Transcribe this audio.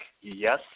yes